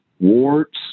warts